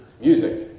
Music